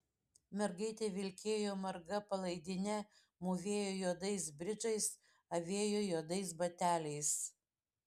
mergaitė vilkėjo marga palaidine mūvėjo juodais bridžais avėjo juodais bateliais